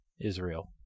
Israel